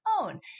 own